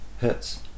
hits